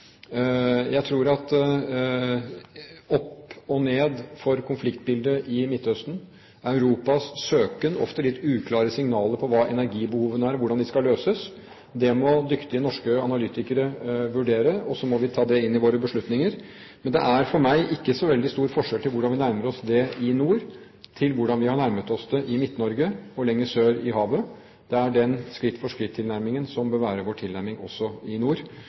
Jeg tror at opp og ned for konfliktbildet i Midtøsten, Europas søken, ofte litt uklare signaler på hva energibehovene er, og hvordan de skal løses – det må dyktige norske analytikere vurdere, og så må vi ta det inn i våre beslutninger. Men det er for meg ikke så veldig stor forskjell på hvordan vi nærmer oss det i nord, og hvordan vi har nærmet oss det i Midt-Norge og lenger sør i havet. Det er den skritt-for-skritt-tilnærmingen som bør være vår tilnærming også i nord,